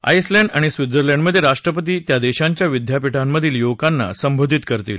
Iceland आणि स्वित्झलँडमध्ये राष्ट्रपती त्या देशांच्या विद्यापीठांमधल्या युवकांना संबोधित करतील